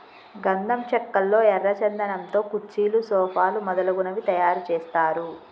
గంధం చెక్కల్లో ఎర్ర చందనం తో కుర్చీలు సోఫాలు మొదలగునవి తయారు చేస్తారు